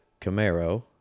Camaro